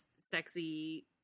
sexy